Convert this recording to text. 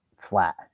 flat